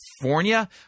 california